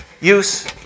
use